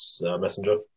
Messenger